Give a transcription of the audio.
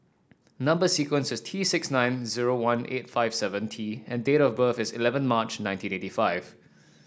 number sequence is T six nine zero one eight five seven T and date of birth is eleven March nineteen eighty five